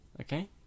Okay